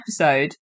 episode